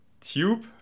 tube